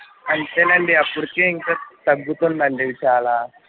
అంతే అండి అప్పటికే ఇంకా తగ్గుతుంది అండి చాలా